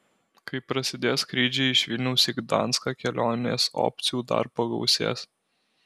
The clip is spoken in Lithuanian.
kai prasidės skrydžiai iš vilniaus iš gdanską kelionės opcijų dar pagausės